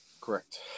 correct